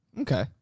Okay